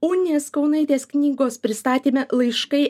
unės kaunaitės knygos pristatyme laiškai